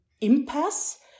impasse